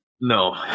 No